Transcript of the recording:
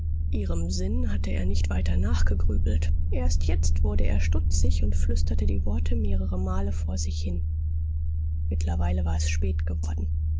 ihrem sinn hatte er nicht weiter nachgegrübelt erst jetzt wurde er stutzig und flüsterte die worte mehrere male vor sich hin mittlerweile war es